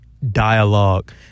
dialogue